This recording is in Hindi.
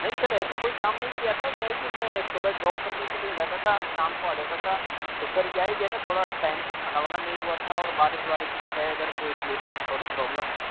नहीं सर ऐसा कोई काम नहीं किया था क्या है कि मैं सुबह जॉब करने के लिए जाता था आज शाम को आ जाता था तो सर क्या है कि थोड़ा टाइम से खाना वाना नहीं हुआ था और बारिश बारिश भी है इधर तो इसलिए सर थोड़ी प्रॉब्लम है